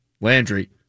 Landry